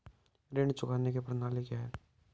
ऋण चुकाने की प्रणाली क्या है?